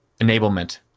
enablement